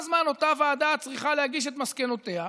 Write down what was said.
זמן אותה ועדה צריכה להגיש את מסקנותיה,